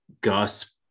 Gus